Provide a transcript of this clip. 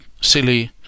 silly